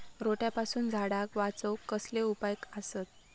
रोट्यापासून झाडाक वाचौक कसले उपाय आसत?